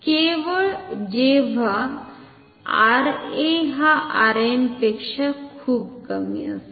केवळ जेव्हा RA हा Rn पेक्शा खुप कमी असेल